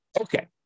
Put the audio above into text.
Okay